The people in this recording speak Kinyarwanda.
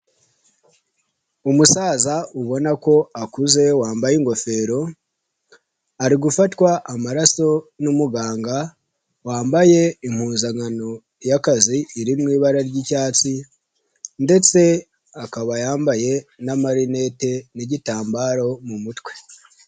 Umusaza ubona ko akuze wambaye ingofero, ari gufatwa amaraso n'umuganga wambaye impuzankano y'akazi iri mu ibara ry'icyatsi, ndetse akaba yambaye n' amarinete n'igitambaro mu mutwe.